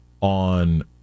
on